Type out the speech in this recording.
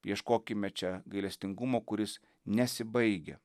ieškokime čia gailestingumo kuris nesibaigia